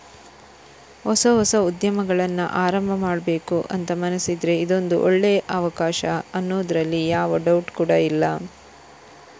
ಹೊಸ ಹೊಸ ಉದ್ಯಮಗಳನ್ನ ಆರಂಭ ಮಾಡ್ಬೇಕು ಅಂತ ಮನಸಿದ್ರೆ ಇದೊಂದು ಒಳ್ಳೇ ಅವಕಾಶ ಅನ್ನೋದ್ರಲ್ಲಿ ಯಾವ ಡೌಟ್ ಕೂಡಾ ಇಲ್ಲ